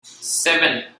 seven